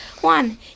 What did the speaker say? one